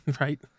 Right